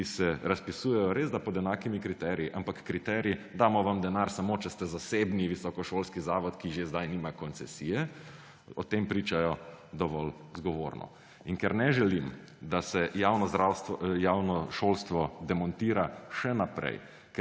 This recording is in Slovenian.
ki se razpisujejo resda pod enakimi kriteriji, ampak kriterij – damo vam denar samo, če ste zasebni visokošolski zavod, ki že zdaj nima koncesije – o tem priča dovolj zgovorno. In ker ne želim, da se javno šolstvo demontira še naprej,